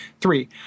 Three